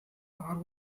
car